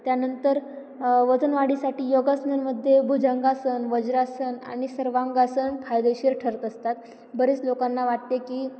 त्यानंतर वजनवाढीसाठी योगासनमध्ये भुजंगासन वज्रासन आणि सर्वांगासन फायदेशीर ठरत असतात बरेच लोकांना वाटते की